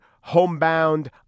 homebound